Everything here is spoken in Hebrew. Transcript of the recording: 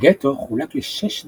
הגטו חולק לשש נפות,